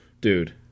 Dude